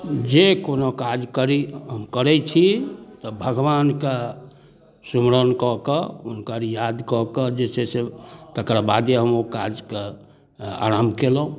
जे कोनो काज करी हम करै छी तऽ भगवानके सुमिरन कऽ कऽ हुनकर याद कऽ कऽ जे छै से तकर बादे हम ओ काजके आरम्भ केलहुँ